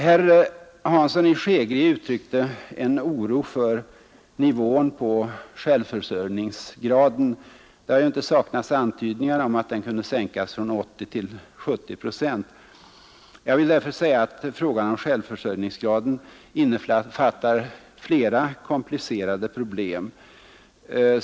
Herr Hansson i Skegrie uttryckte en oro för nivån på självförsörjningsgraden. Det har ju inte saknats antydningar om att den kunde sänkas från 80 till 70 procent. Jag vill därför säga att frågan om självförsörjningsgraden innefattar flera komplicerade problem.